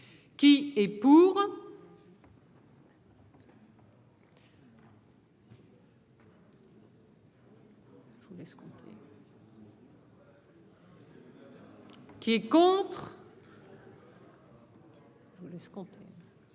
qui est pour. Qui est contre.